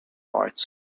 parts